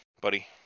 buddy